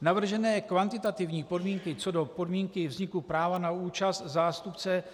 Navržené kvantitativní podmínky co do vzniku práva na účast zástupce